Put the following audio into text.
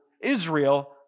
Israel